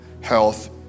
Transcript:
health